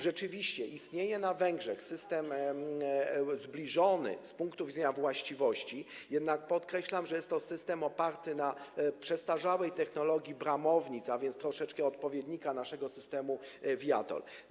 Rzeczywiście istnieje na Węgrzech system zbliżony z punktu widzenia właściwości, jednak podkreślam, że jest to system oparty na przestarzałej technologii bramownic, a więc po trosze odpowiednika naszego systemu viaTOLL.